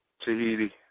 Tahiti